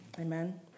Amen